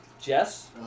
Jess